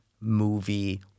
movie